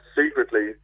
secretly